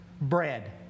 bread